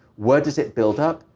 where does it build up?